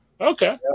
Okay